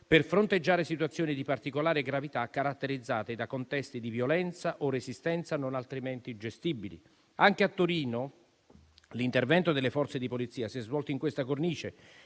per fronteggiare situazioni di particolare gravità caratterizzate da contesti di violenza o resistenza non altrimenti gestibili. Anche a Torino l'intervento delle Forze di polizia si è svolto in questa cornice